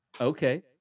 Okay